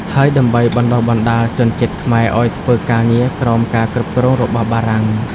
ហើយដើម្បីបណ្តុះបណ្តាលជនជាតិខ្មែរឱ្យធ្វើការងារក្រោមការគ្រប់គ្រងរបស់បារាំង។